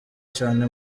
cyane